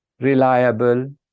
reliable